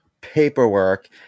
paperwork